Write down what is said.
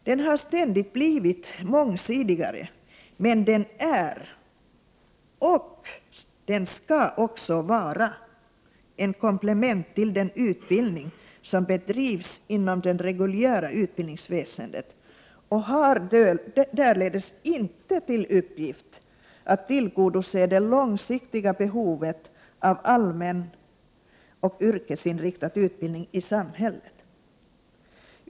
Den har ständigt blivit mångsidigare, men den är — och skall också vara — ett komplement till den utbildning som bedrivs inom det reguljära utbildningsväsendet. Arbetsmarknadsutbildningen har således inte till uppgift att tillgodose det långsiktiga behovet av allmän och yrkesinriktad utbildning i samhället.